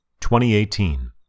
2018